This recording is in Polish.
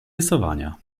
rysowania